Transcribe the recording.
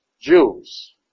Jews